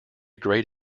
great